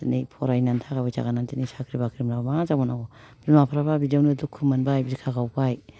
दिनै फरायनानै थाखा पैसा गारनानै दिनै साख्रि बाख्रि मोनाबा मा जाबावनांगौ बिमाफ्रा बिदियावनो दुखु मोनबाय बिखा गावबाय